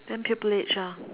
then pupil age ah